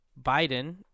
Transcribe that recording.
Biden